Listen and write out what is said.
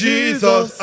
Jesus